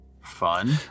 Fun